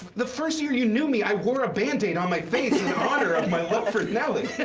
the first year you knew me, i wore a bandaid on my face, in honor of my love for nelly.